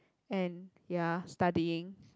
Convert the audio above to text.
and ya studying